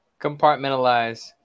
Compartmentalize